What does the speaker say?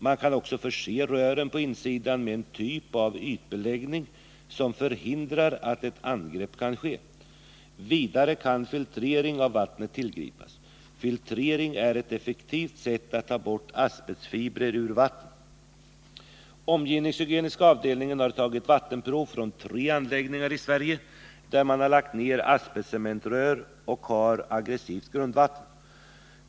Man kan också förse rören på insidan med en typ av ytbeläggning som förhindrar att ett angrepp kan ske. Vidare kan filtrering av vattnet tillgripas. Filtrering är ett effektivt sätt att ta bort asbestfibrer ur vatten. Omgivningshygieniska avdelningen har tagit vattenprov från tre anlägg ningar i Sverige, där man har lagt ner asbestcementrör och har aggressivt grundvatten.